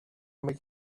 make